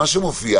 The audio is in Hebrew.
מה שמופיע